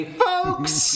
folks